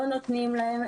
לא נותנים להם,